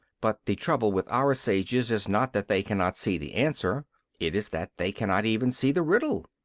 but the trouble with our sages is not that they cannot see the answer it is that they cannot even see the riddle.